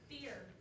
Fear